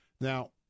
Now